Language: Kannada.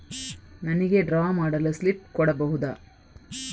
ನನಿಗೆ ಡ್ರಾ ಮಾಡಲು ಸ್ಲಿಪ್ ಕೊಡ್ಬಹುದಾ?